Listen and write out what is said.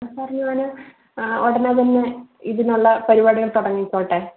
എന്നാ സർ ഞാൻ ഉടനെ തന്നെ ഇതിനുള്ള പരിപാടികൾ തുടങ്ങിക്കോട്ടെ